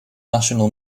national